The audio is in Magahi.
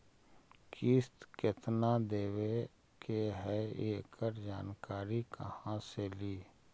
किस्त केत्ना देबे के है एकड़ जानकारी कहा से ली?